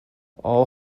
all